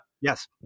yes